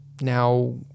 now